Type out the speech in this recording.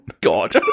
God